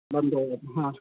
बंद होगा हाँ सर